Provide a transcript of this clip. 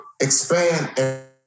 expand